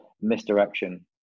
misdirection